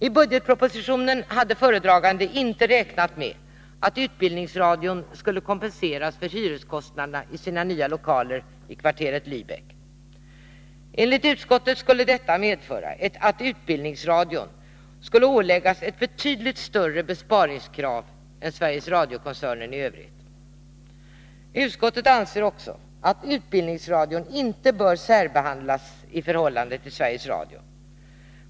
I budgetpropositionen hade föredraganden inte räknat med att utbildningsradion skulle kompenseras för hyreskostnaderna i sina nya lokaler i kvarteret Läbeck. Enligt utskottet skulle detta medföra att utbildningsradion skulle åläggas ett betydligt större besparingskrav än Sveriges Radiokoncernen i övrigt. Utskottet anser också att utbildningsradion inte bör särbehandlas i förhållande till Sveriges Radio.